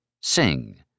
sing